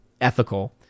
ethical